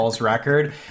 record